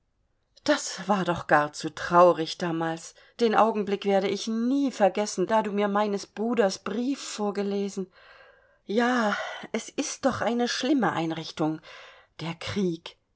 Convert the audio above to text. das war doch gar zu traurig damals den augenblick werde ich nie vergessen da du mir meines bruders brief vorgelesen ja es ist doch eine schlimme einrichtung der krieg